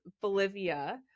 Bolivia